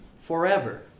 forever